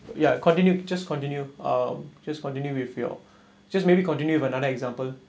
ya continue just continue um just continue with your just maybe continue but another example